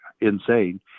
insane